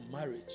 marriage